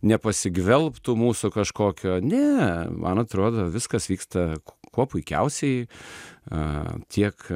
nepasigvelbtų mūsų kažkokio ne man atrodo viskas vyksta kuo puikiausiai a tiek